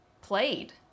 played